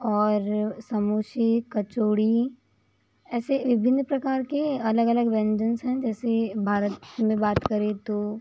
और समोसे कचौड़ी ऐसे विभिन्न प्रकार के अलग अलग व्यंजनस है जैसे भारत में बात करें तो